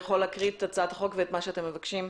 להקריא את הצעת החוק ותסביר את מה שאתם מבקשים.